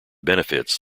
benefits